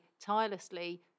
tirelessly